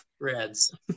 reds